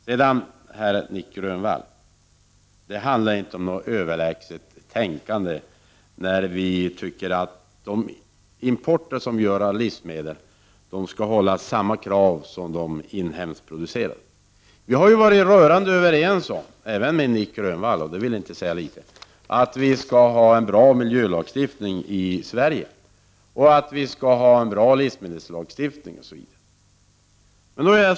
Det är inte fråga om ett överlägset tänkande, Nic Grönvall, när vi säger Prot. 1989/90:45 att man skall ställa lika stora krav på importerade livsmedel som på inhemskt 13 december 1989 = producerade livsmedel. Vi har ju varit rörande överens om — och även över Teskockanager 0 ens med Nic Grönvall, vilket inte vill säga litet — att vi skall ha en bra miljö Utrikeshandel , a a å äl , lagstiftning och en bra livsmedelslagstiftning i Sverige.